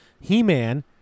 He-Man